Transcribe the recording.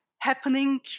happening